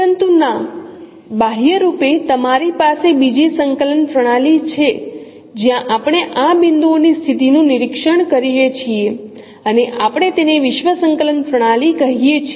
પરંતુ ના બાહ્યરૂપે તમારી પાસે બીજી સંકલન પ્રણાલી છે જ્યાં આપણે આ બિંદુઓની સ્થિતિનું નિરીક્ષણ કરીએ છીએ અને આપણે તેને વિશ્વ સંકલન પ્રણાલી કહીએ છીએ